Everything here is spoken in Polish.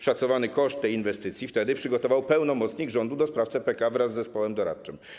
Szacowany koszt tej inwestycji wtedy przygotował pełnomocnik rządu do spraw CPK wraz z zespołem doradczym.